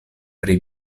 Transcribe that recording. pri